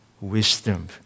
wisdom